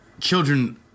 Children